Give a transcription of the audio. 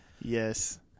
Yes